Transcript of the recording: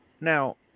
Now